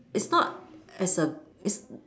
it's not as a it's